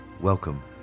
welcome